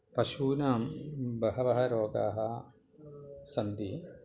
पशूनां बहवः रोगाः सन्ति